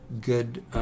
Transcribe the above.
good